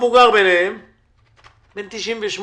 המבוגר ביניהם הוא בן 98